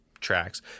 tracks